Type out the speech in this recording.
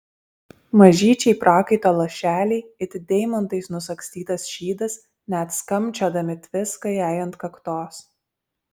mažyčiai prakaito lašeliai it deimantais nusagstytas šydas net skambčiodami tviska jai ant kaktos